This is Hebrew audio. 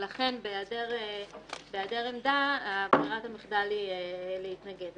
ולכן בהיעדר עמדה ברירת המחדל היא להתנגד.